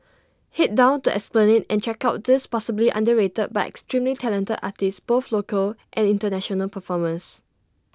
Head down to the esplanade and check out these possibly underrated but extremely talented artists both local and International performers